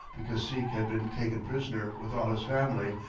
the cacique had been taken prisoner with all his family,